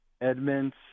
Edmonds